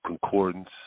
concordance